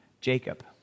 Jacob